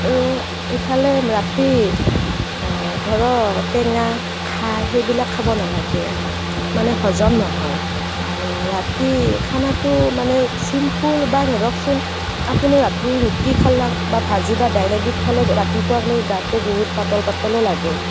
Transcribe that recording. আৰু ইফালে ৰাতি ধৰক টেঙা খাৰ সেইবিলাক খাব নেলাগে মানে হজম নহয় আৰু ৰাতি খানাটো মানে ছিম্পুল বা ধৰকচোন আপোনাৰ ৰাতি ৰুটি খালে বা ভাজি বা দাইল এবিধ খালে ৰাতিপুৱালৈকে গাটো বহুত পাতল পাতলো লাগে